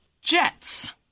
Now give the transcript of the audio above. Jets